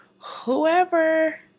Whoever